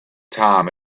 time